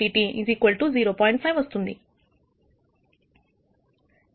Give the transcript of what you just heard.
5 వస్తుంది